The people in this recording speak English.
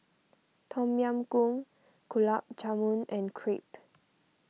Tom Yam Goong Gulab Jamun and Crepe